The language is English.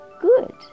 Good